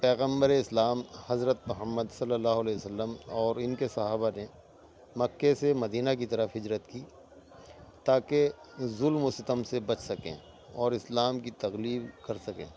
پیغمبرِ اسلام حضرت محمد صلی اللہ علیہ وسلم اور ان کے صحابہ نے مکے سے مدینہ کی طرف ہجرت کی تاکہ ظلم و ستم سے بچ سکیں اور اسلام کی تغلیب کر سکیں